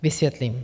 Vysvětlím.